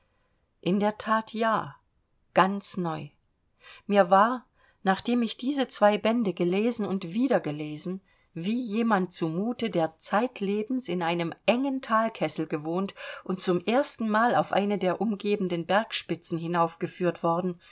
in der that ja ganz neu mir war nachdem ich diese zwei bände gelesen und wieder gelesen wie jemandem zu mute der zeitlebens in einem engen thalkessel gewohnt und zum erstenmale auf eine der umgebenden bergspitzen hinaufgeführt worden